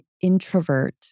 introvert